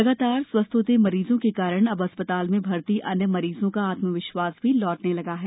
लगातार स्वस्थ होते मरीजों के कारण अब अस्पताल में भर्ती अन्य मरीजों का आत्मविश्स भी लौटने लगा है